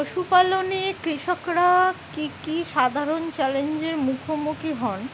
পশুপালনে কৃষকরা কী কী সাধারণ চ্যালেঞ্জের মুখোমুখি হন